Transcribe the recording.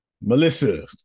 Melissa